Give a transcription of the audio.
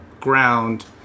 ground